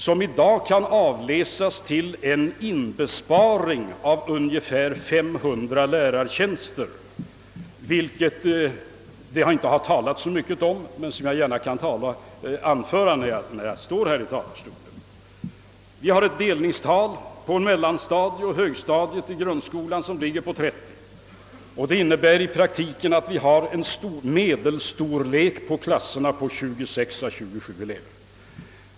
I dag kan man avläsa en inbesparing av ungefär 500 lärartjänster, vilket det inte har talats så mycket om men som jag gärna kan anföra när jag står här i talarstolen. Vi har för mellanstadiet och högstadiet :i grundskolan ett delningstal på 30. Detta innebär i praktiken att vi har. en medelstorlek av klasserna på 26—27 elever.